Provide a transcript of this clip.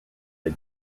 les